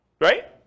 Right